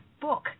book